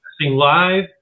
live